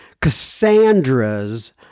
Cassandra's